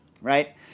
right